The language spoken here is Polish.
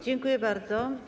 Dziękuję bardzo.